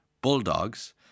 Bulldogs